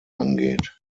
angeht